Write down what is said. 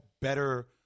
better